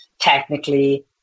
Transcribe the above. technically